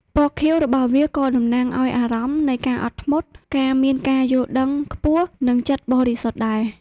ពណ៌ខៀវរបស់វាក៏តំណាងឲ្យអារម្មណ៍នៃការអត់ធ្មត់ ការមានការយល់ដឹងខ្ពស់ និងចិត្តបរិសុទ្ធដែរ។